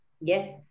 Yes